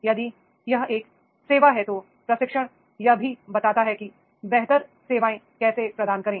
यदि यह एक सेवा है तो प्रशिक्षण यह भी बताता है कि बेहतर सेवाएं कैसे प्रदान करें